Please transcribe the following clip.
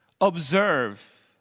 observe